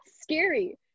scary